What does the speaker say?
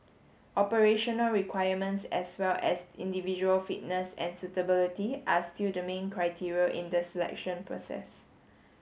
operational requirements as well as individual fitness and suitability are still the main criteria in the selection process